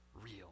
real